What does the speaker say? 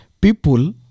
people